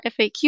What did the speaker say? FAQ